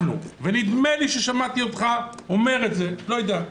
ונדמה לי ששמעתי אותך אומר את זה, לא יודע,